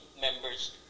members